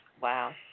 Wow